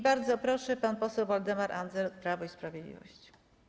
Bardzo proszę, pan poseł Waldemar Andzel, Prawo i Sprawiedliwość.